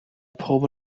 pobl